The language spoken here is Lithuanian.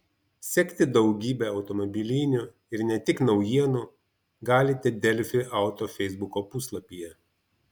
sekti daugybę automobilinių ir ne tik naujienų galite delfi auto feisbuko puslapyje